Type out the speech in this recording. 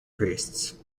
priests